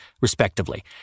respectively